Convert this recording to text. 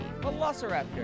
Velociraptor